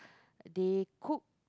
they cook